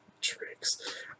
tricks